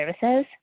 Services